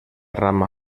rama